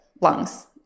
lungs